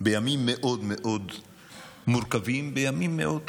בימים מאוד מאוד מורכבים, בימים מאוד קשים,